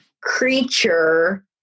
creature